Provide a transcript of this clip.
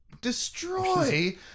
destroy